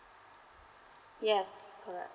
yes correct